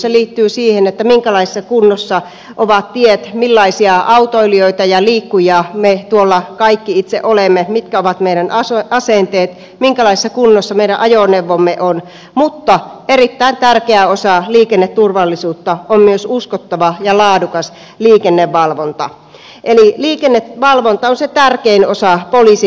se liittyy siihen minkälaisessa kunnossa ovat tiet millaisia autoilijoita ja liikkujia me kaikki tuolla itse olemme mitkä ovat meidän asenteet minkälaisessa kunnossa meidän ajoneuvomme ovat mutta erittäin tärkeä osa liikenneturvallisuutta on myös uskottava ja laadukas liikennevalvonta eli liikennevalvonta on se tärkein osa poliisin liikenneturvallisuustyötä